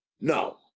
No